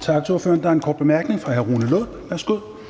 Tak til ordføreren. Der er en kort bemærkning fra hr. Rune Lund. Værsgo. Kl. 15:21 Rune Lund (EL):